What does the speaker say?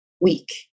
week